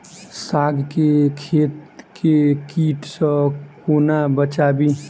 साग केँ खेत केँ कीट सऽ कोना बचाबी?